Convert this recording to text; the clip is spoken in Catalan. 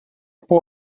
por